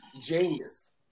Genius